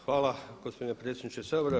Hvala gospodine predsjedniče Sabora.